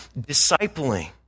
discipling